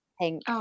Pink